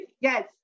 Yes